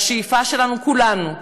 השאיפה שלנו, של כולנו,